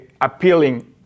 appealing